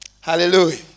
Hallelujah